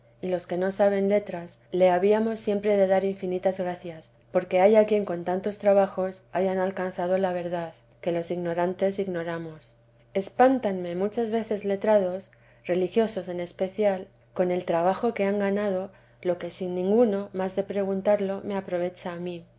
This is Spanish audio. y los que no saben letras le habíamos siempre de dar infinitas gracias porque haya quien con tantos trabajos hayan alcanzado la verdad que los ignorantes ignoramos espántame muchas veces letrados religiosos en especial con el trabajo que han ganado lo que sin ninguno más de preguntarlo me aprovecha a mí